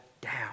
down